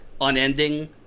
unending